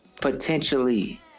potentially